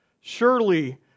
Surely